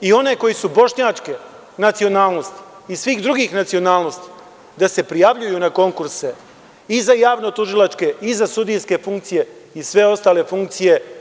i one koji su bošnjačke nacionalnosti i svih drugih nacionalnosti da se prijavljuju na konkurse i za javnotužilačke i za sudijske funkcije i sve ostale funkcije.